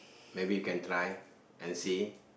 maybe you can try and see